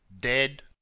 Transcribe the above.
dead